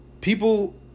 people